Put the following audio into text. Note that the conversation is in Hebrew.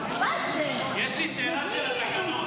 יש לי שאלה לתקנון.